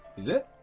is it?